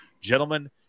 Gentlemen